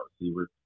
receiver